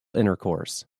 intercourse